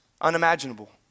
Unimaginable